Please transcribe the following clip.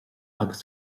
agus